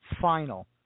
final